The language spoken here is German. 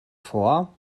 vor